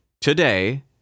today